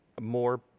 more